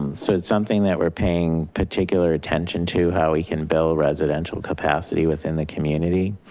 and so it's something that we're paying particular attention to how we can build residential capacity within the community.